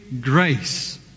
grace